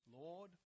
Lord